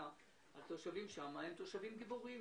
התושבים שם הם תושבים גיבורים,